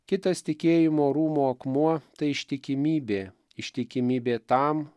kitas tikėjimo rūmo akmuo tai ištikimybė ištikimybė tam